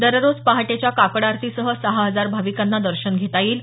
दररोज पहाटेच्या काकडआरतीसह सहा हजार भाविकांना दर्शन घेता येईल